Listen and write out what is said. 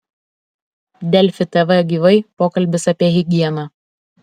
delfi tv gyvai pokalbis apie higieną